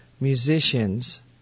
musicians